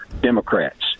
Democrats